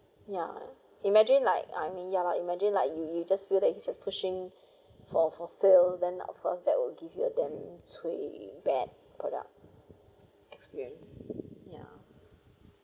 ya imagine like I mean ya lah imagine like you you just feel that he just pushing for for sales then of course that will give you a damn cui bad product experience yeah